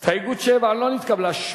6 לחלופין של קבוצת סיעת האיחוד הלאומי לסעיף